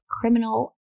criminal